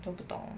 都不懂